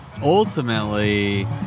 ultimately